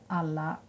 alla